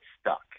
stuck